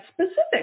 specific